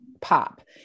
pop